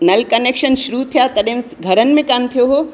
नल connection शुरू थिया तॾहिं घरनि में कान थियो हो